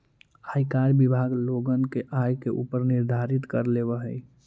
आयकर विभाग लोगन के आय के ऊपर निर्धारित कर लेवऽ हई